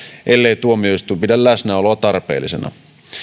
ellei tuomioistuin pidä läsnäoloa tarpeellisena